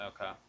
Okay